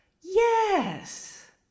Yes